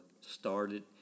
started